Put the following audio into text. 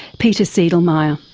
peter seidlmeier.